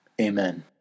Amen